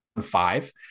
five